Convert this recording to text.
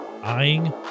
eyeing